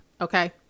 okay